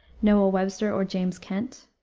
noah webster or james kent,